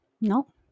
No